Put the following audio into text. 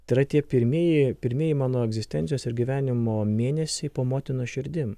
tai yra tie pirmieji pirmieji mano egzistencijos ir gyvenimo mėnesiai po motinos širdim